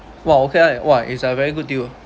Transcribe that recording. !wow! okay !wah! is a very good deal ah